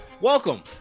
Welcome